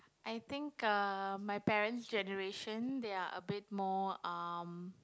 I think um my parent's generation they are a bit more um